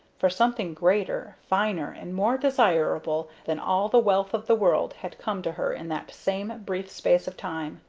for something greater, finer, and more desirable than all the wealth of the world had come to her in that same brief space of time.